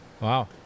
Wow